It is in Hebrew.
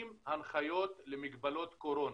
עם הנחיות למגבלות קורונה.